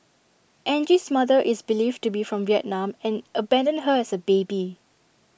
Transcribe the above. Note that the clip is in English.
Angie's mother is believed to be from Vietnam and abandoned her as A baby